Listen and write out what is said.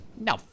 No